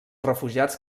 refugiats